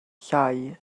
llai